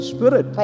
Spirit